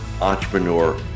entrepreneur